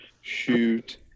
shoot